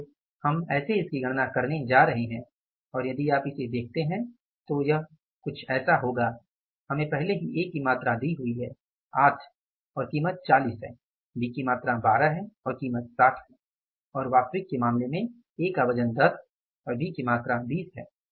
इसलिए हम ऐसे इसकी गणना करने जा रहे हैं और यदि आप इसे देखते हैं तो यह ऐसा कुछ होगा हमें पहले ही ए की मात्रा दी हुई है 8 और कीमत 40 है बी की मात्रा 12 है कीमत 60 है और वास्तविक के मामले में ए का वजन 10 या और बी की मात्रा 20 है